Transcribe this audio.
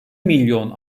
milyon